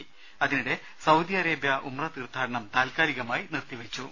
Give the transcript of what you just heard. ദേഴ അതിനിടെ Saudi Arabia ഉംറ തീർത്ഥാടനം താൽക്കാലികമായി നിർത്തിവെച്ചു